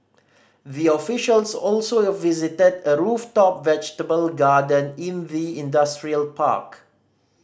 the officials also visited a rooftop vegetable garden in the industrial park